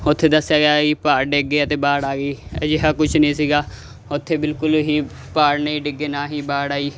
ਉੱਥੇ ਦੱਸਿਆ ਗਿਆ ਪਹਾੜ ਡਿੱਗ ਗਿਆ ਅਤੇ ਬਾੜ ਆ ਗਈ ਅਜਿਹਾ ਕੁਛ ਨਹੀਂ ਸੀਗਾ ਉੱਥੇ ਬਿਲਕੁਲ ਹੀ ਪਹਾੜ ਨਹੀਂ ਡਿੱਗੇ ਨਾ ਹੀ ਬਾੜ ਆਈ